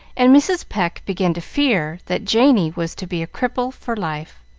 and mrs. pecq began to fear that janey was to be a cripple for life.